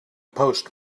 post